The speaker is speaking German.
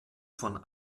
von